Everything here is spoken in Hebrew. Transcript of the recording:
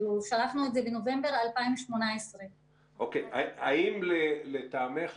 שלחנו את זה בנובמבר 2018. האם לטעמך,